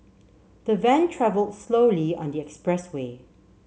the van travelled slowly on the expressway